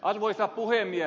arvoisa puhemies